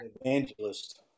evangelist